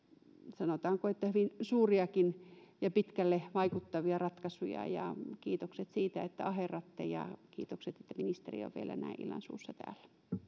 sanotaanko hyvin suuriakin ja pitkälle vaikuttavia ratkaisuja ja kiitokset siitä että aherratte ja kiitokset että ministeri on vielä näin illansuussa täällä